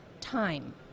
time